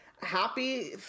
Happy